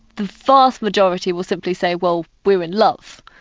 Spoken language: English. the vast majority will simply say, well, we're in love.